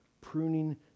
pruning